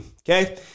okay